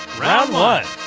round one.